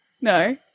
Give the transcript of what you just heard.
No